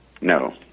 No